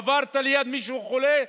עברת ליד מישהו חולה,